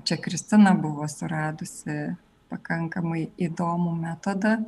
čia kristina buvo suradusi pakankamai įdomų metodą